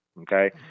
okay